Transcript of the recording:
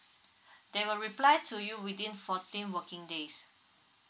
they will reply to you within fourteen working days